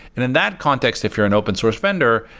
and in that context, if you're in open source vendor,